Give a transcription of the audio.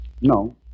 No